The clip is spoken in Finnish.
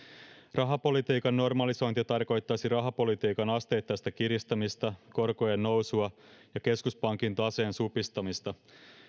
rahapolitiikan normalisointi tarkoittaisi rahapolitiikan asteittaista kiristämistä korkojen nousua ja keskuspankin taseen supistamista